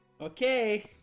Okay